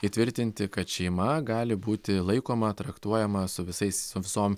įtvirtinti kad šeima gali būti laikoma traktuojama su visais su visom